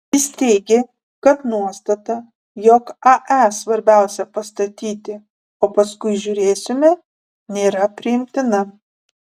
jis teigė kad nuostata jog ae svarbiausia pastatyti o paskui žiūrėsime nėra priimtina